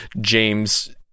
James